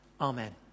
Amen